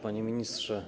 Panie Ministrze!